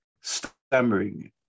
stammering